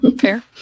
Fair